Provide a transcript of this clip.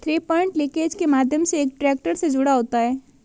three point linkage के माध्यम से एक ट्रैक्टर से जुड़ा होता है